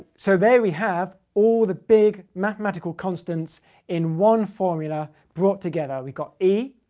so there we have all the big mathematical constants in one formula brought together. we've got e,